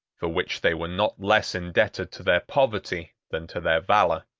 for which they were not less indebted to their poverty than to their valor.